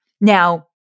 Now